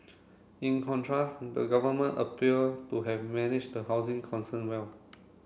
in contrast the government appear to have managed the housing concern well